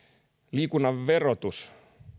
liikunnan verotus